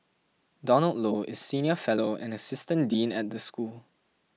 Donald Low is senior fellow and assistant dean at the school